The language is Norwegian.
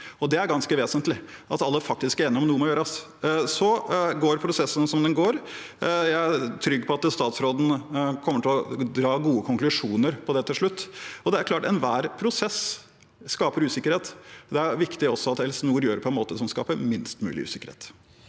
Det er ganske vesentlig at alle faktisk er enige om at noe må gjøres. Prosessen går som den går. Jeg er trygg på at statsråden kommer til å dra gode konklusjoner på det til slutt. Det er klart at enhver prosess skaper usikkerhet. Det er viktig at Helse nord gjør det på en måte som skaper minst mulig usikkerhet.